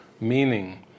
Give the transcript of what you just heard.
meaning